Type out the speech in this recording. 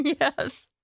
Yes